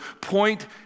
point